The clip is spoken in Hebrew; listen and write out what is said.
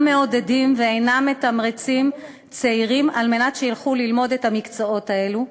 מעודדים ואינם מתמרצים צעירים על מנת שילכו ללמוד את המקצועות האלה.